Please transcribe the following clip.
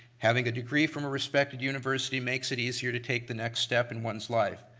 having a degree from a respected university makes it easier to take the next step in one's life.